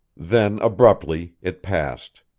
then, abruptly, it passed.